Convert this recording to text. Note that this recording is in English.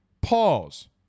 Pause